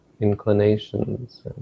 inclinations